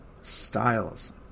styles